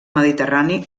mediterrani